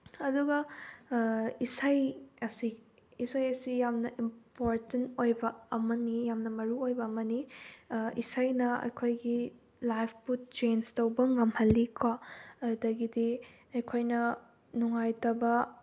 ꯑꯗꯨꯒ ꯏꯁꯩ ꯑꯁꯤ ꯏꯁꯩ ꯑꯁꯤ ꯌꯥꯝꯅ ꯏꯝꯄꯣꯔꯇꯦꯟ ꯑꯣꯏꯕ ꯑꯃꯅꯤ ꯌꯥꯝꯅ ꯃꯔꯨꯑꯣꯏꯕ ꯑꯃꯅꯤ ꯏꯁꯩꯅ ꯑꯩꯈꯣꯏꯒꯤ ꯂꯥꯏꯐꯄꯨ ꯆꯦꯟꯁ ꯇꯧꯕ ꯉꯝꯍꯜꯂꯤ ꯀꯣ ꯑꯗꯨꯗꯒꯤꯗꯤ ꯑꯩꯈꯣꯏꯅ ꯅꯨꯡꯉꯥꯏꯇꯕ